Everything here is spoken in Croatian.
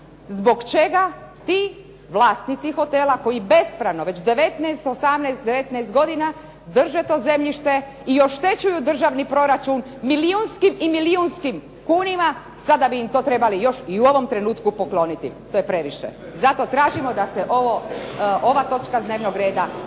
zbog čega ti vlasnici hotela koji bespravno već 19, 18, 19 godina drže to zemljište i oštećuju državni proračun milijunskim i milijunskim kunama. Sada bi im to trebali još u ovom trenutku pokloniti. To je previše. Zato tražimo da se ova točka dnevnog reda makne